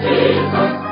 Jesus